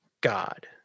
God